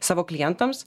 savo klientams